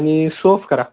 आणि सोफ करा